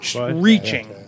reaching